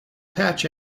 patch